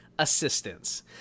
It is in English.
Assistance